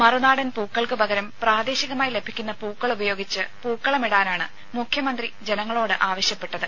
മറുനാടൻ പൂക്കൾക്കു പകരം പ്രാദേശികമായി ലഭിക്കുന്ന പൂക്കൾ ഉപയോഗിച്ചു പൂക്കളമിടാനാണ് മുഖ്യമന്ത്രി ജനങ്ങളോട് ആവശ്യപ്പെട്ടത്